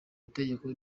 itegeko